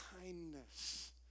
kindness